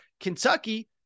Kentucky